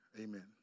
amen